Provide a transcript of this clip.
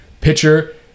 pitcher